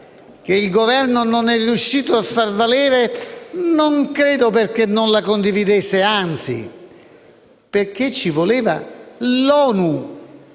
che il Governo non è riuscito a far valere, non credo perché non la condividesse - anzi - ma perché ci voleva l'ONU.